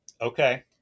Okay